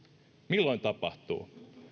milloin tapahtuu